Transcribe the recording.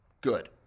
good